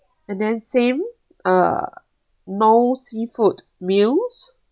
and then same uh no seafood meals